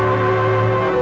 or